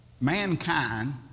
mankind